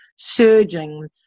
surging